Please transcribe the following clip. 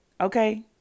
okay